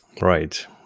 right